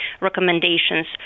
recommendations